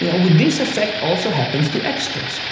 you know would this effect also happens to experts?